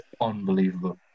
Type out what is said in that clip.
unbelievable